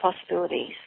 possibilities